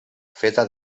feta